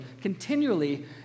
continually